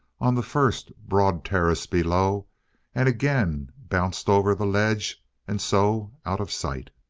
on the first broad terrace below and again bounced over the ledge and so out of sight.